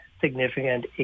significant